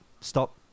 Stop